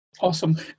Awesome